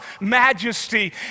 majesty